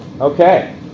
Okay